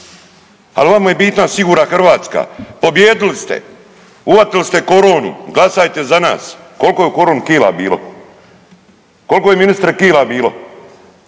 al vama je bitna sigurna Hrvatska. Pobijedili ste, uvatili ste koronu, glasajte za nas. Koliko je u koroni kila bilo? Koliko je ministre kila bilo?